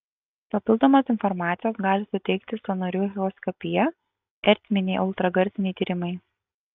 papildomos informacijos gali suteikti sąnarių echoskopija ertminiai ultragarsiniai tyrimai